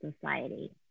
society